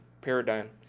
paradigm